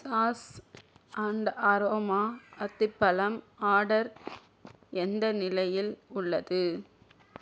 sauce and aroma அத்திப்பழம் order எந்த நிலையில் உள்ளது